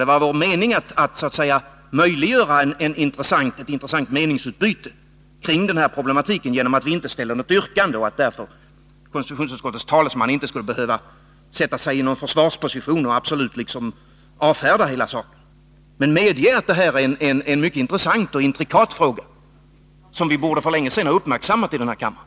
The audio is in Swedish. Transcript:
Det var vår mening att möjliggöra ett intressant meningsutbyte kring denna problematik genom att vi inte ställer något yrkande och konstitutionsutskottets talesman därför inte skulle behöva sätta sig i någon försvarsposition och absolut avfärda hela saken. Men medge att det här är en mycket intressant och intrikat fråga, som vi för länge sedan borde ha uppmärksammat i denna kammare.